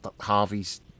Harvey's